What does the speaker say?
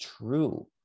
true